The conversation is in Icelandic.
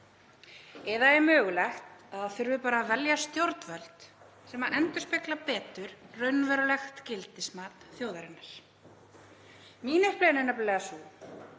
Eða er mögulegt að það þurfi bara að velja stjórnvöld sem endurspegla betur raunverulegt gildismat þjóðarinnar? Mín upplifun er nefnilega sú